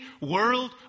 world